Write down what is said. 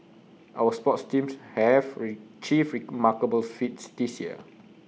our sports teams have achieved remarkable feats this year